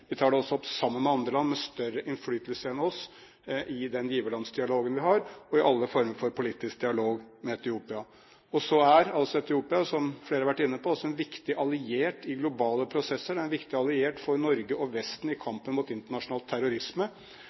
Vi tar det også opp sammen med andre land med større innflytelse enn oss i den giverlandsdialogen vi har, og i alle former for politisk dialog med Etiopia. Så er altså Etiopia, som flere har vært inne på, også en viktig alliert i globale prosesser, det er en viktig alliert for Norge og Vesten i kampen mot internasjonal terrorisme,